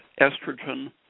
estrogen